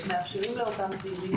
אנחנו מאפשרים לאותם צעירים,